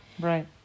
Right